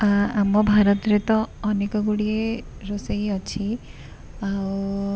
ଆମ ଭାରତରେ ତ ଅନେକ ଗୁଡ଼ିଏ ରୋଷେଇ ଅଛି ଆଉ